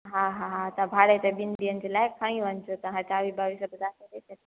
हा हा त भाड़े ते ॿिन ॾींहन ॼे लाए खणीं वञजों तव्हां हथारू